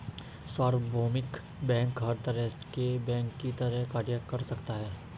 सार्वभौमिक बैंक हर तरह के बैंक की तरह कार्य कर सकता है